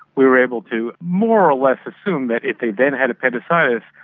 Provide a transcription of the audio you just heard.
we were able to more or less assume that if they then had appendicitis,